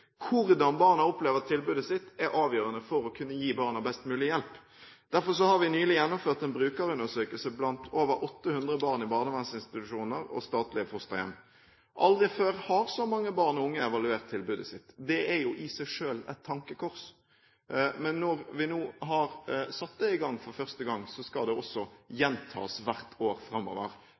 Hvordan barna opplever tilbudet, er avgjørende for å kunne gi barna best mulig hjelp. Derfor har vi nylig gjennomført en brukerundersøkelse blant over 800 barn i barnevernsinstitusjoner og i statlige fosterhjem. Aldri før har så mange barn og unge evaluert tilbudet sitt. Det er jo i seg selv et tankekors. Men når vi nå for første gang har satt dette i gang, skal det også gjentas hvert år framover.